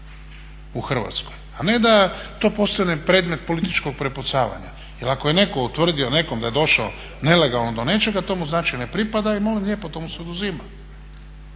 u Hrvatskoj, a ne da to postane predmet političkog prepucavanja. Jer ako je netko utvrdio nekom da je došao nelegalno do nečega to mu znači ne pripada i molim lijepo, to mu se oduzima.